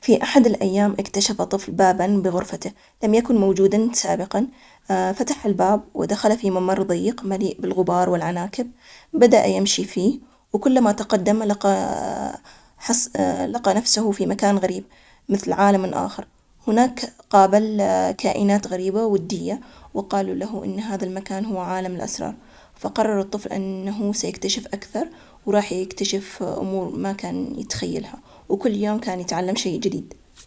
في أحد الأيام، اكتشف طفل بابا بغرفته، لم يكن موجودا سابقا! فتح الباب، ودخل في ممر ضيق مليء بالغبار والعناكب، بدء يمشي فيه، وكلما تقدم لقى حص لقى نفسه في مكان غريب مثل عالم آخر. هناك قابل كائنات غريبة ودية، وقالوا له إن هذا المكان هو عالم الأسرى، فقرروا الطفل أنه سيكتشف أكثر، وراح يكتشف أمور ما كان يتخيلها، وكل يوم كان يتعلم شيء جديد.